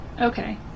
Okay